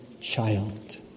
child